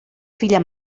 filla